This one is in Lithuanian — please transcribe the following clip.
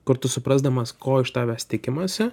kartu suprasdamas ko iš tavęs tikimasi